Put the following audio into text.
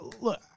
look